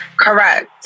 Correct